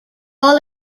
all